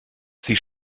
sie